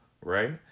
right